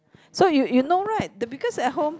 so you you right the because at home